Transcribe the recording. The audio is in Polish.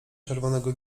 czerwonego